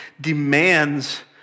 demands